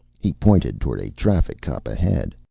he pointed toward a traffic cop ahead.